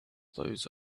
those